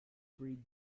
breed